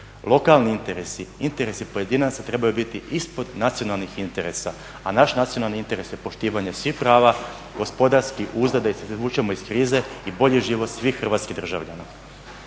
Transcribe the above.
lokalni interesi, interesi pojedinaca trebaju biti ispod nacionalnih interesa, a naš nacionalni interes je poštivanje svih prava, gospodarskih, …/Govornik se ne razumije./… izvučemo iz krize i bolji život svih hrvatskih državljana.